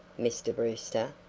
mr. brewster,